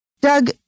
Doug